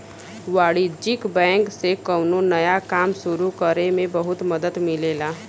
वाणिज्यिक बैंक से कौनो नया काम सुरु करे में बहुत मदद मिलेला